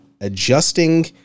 adjusting